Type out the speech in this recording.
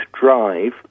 drive